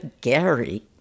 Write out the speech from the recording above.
Gary